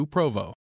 Provo